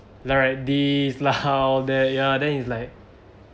lah write this lah all that ya then it's like